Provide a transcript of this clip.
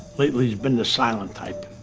lately he's been the silent type.